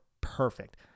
perfect